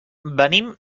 venim